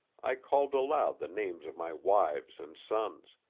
i called aloud the names of my wives and sons,